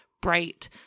bright